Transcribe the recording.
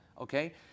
Okay